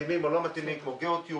מתאימים או לא מתאימים, כמו גיאוטיובים.